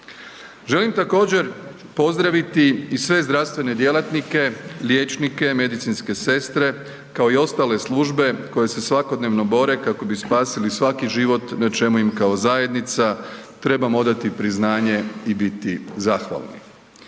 Želim također, pozdraviti i sve zdravstvene djelatnike, liječnike, medicinske sestre, kao i ostale službe koje se svakodnevno bore kako bi spasili svaki život, na čemu im kao zajednica trebamo odati priznanje i biti zahvalni.